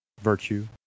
virtue